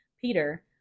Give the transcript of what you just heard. Peter